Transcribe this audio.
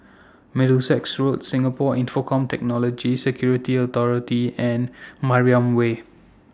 Middlesex Road Singapore Infocomm Technology Security Authority and Mariam Way